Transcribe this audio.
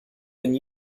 been